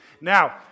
Now